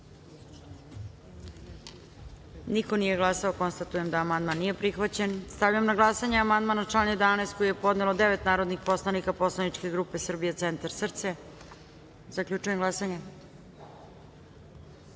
Niko nije glasao. Konstatujem da amandman nije prihvaćen. Stavljam na glasanje amandman na član 24. koji je podelo devet narodnih poslanika Poslaničke grupe Srbija centar SRCE.Zaključujem glasanje: